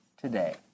today